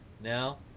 now